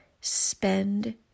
spend